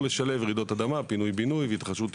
רעידות אדמה, פינוי-בינוי והתחדשות עירונית.